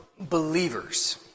believers